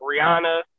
Rihanna